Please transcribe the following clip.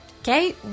okay